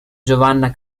giovanna